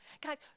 Guys